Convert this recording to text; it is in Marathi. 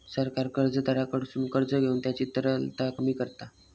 सरकार कर्जदाराकडसून कर्ज घेऊन त्यांची तरलता कमी करता